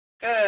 Good